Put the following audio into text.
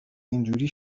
اینجوری